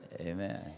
Amen